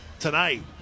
tonight